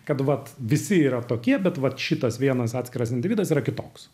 kad vat visi yra tokie bet vat šitas vienas atskiras individas yra kitoks